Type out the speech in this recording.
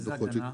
איזה הגנה?